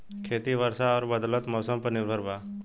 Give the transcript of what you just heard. खेती वर्षा और बदलत मौसम पर निर्भर बा